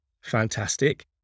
fantastic